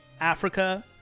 Africa